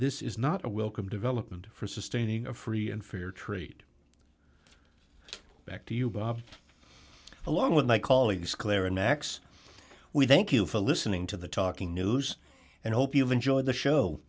this is not a welcome development for sustaining a free and fair trade back to you bob along with my colleagues claire and max we thank you for listening to the talking news and hope you'll enjoy the show